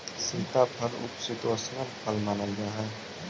सीताफल उपशीतोष्ण फल मानल जा हाई